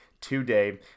today